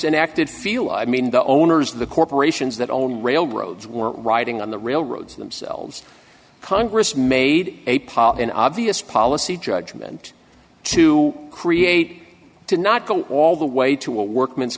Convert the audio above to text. enacted feel i mean the owners of the corporations that own railroads were riding on the railroads themselves congress made a pot an obvious policy judgment to create to not go all the way to a workman's